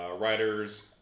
writers